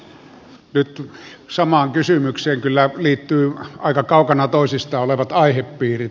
nyt samaan kysymykseen kyllä liittyvät aika kaukana toisistaan olevat aihepiirit